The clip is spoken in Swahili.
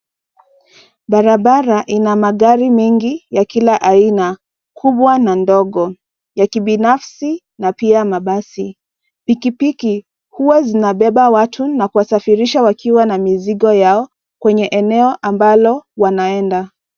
Barabara ina magari mengi ya kila aina, kubwa na ndogo, ya kibinafsi na pia mabasi. Pikipiki huwa zinabeba watu na kuwasafirisha wakiwa na mizigo yao kwenye eneo ambalo wanaenda.